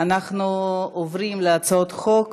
אנחנו עוברים להצעות חוק.